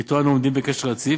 שאתו אנו עומדים בקשר רציף,